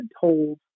told